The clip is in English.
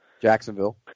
Jacksonville